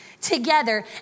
together